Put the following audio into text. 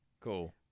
Cool